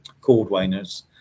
Cordwainers